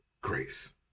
grace